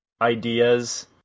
ideas